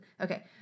Okay